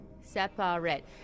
separate